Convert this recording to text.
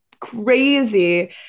Crazy